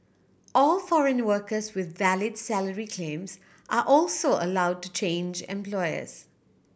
all foreign workers with valid salary claims are also allowed to change employers